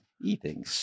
eating